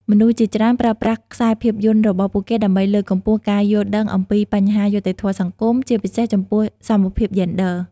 មនុស្សជាច្រើនប្រើប្រាស់ខ្សែភាពយន្តរបស់ពួកគេដើម្បីលើកកម្ពស់ការយល់ដឹងអំពីបញ្ហាយុត្តិធម៌សង្គម ជាពិសេសចំពោះសមភាពយេនឌ័រ។